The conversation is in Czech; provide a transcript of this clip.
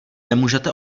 nemůžete